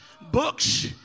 books